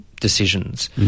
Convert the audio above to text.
decisions